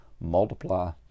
multiply